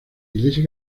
iglesia